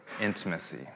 intimacy